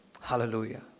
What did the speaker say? Hallelujah